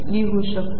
लिहू शकतो